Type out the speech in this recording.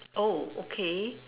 oh okay